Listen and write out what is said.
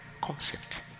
concept